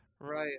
Right